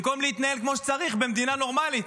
במקום להתנהל כמו שצריך במדינה נורמלית?